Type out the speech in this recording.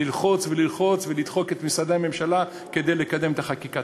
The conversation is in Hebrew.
ללחוץ וללחוץ ולדחוק את משרדי הממשלה כדי לקדם את החקיקה.